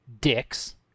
dicks